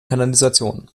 kanalisation